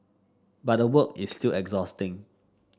but the work is still exhausting